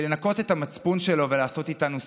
לנקות את המצפון שלו ולעשות איתנו סלפי,